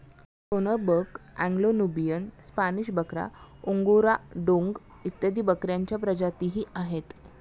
Toggenburg, Anglo Nubian, Spanish बकरा, Angora डोंग इत्यादी बकऱ्यांच्या विदेशी प्रजातीही आहेत